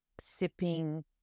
sipping